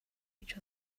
each